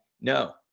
No